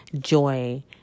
Joy